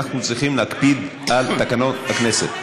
אנחנו צריכים להקפיד על תקנון הכנסת.